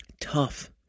tough